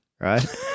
right